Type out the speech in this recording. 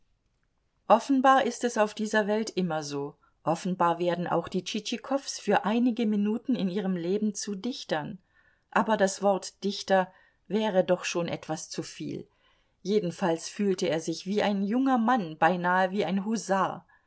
offenbar ist es auf dieser welt immer so offenbar werden auch die tschitschikows für einige minuten in ihrem leben zu dichtern aber das wort dichter wäre doch schon etwas zuviel jedenfalls fühlte er sich wie ein junger mann beinahe wie ein husar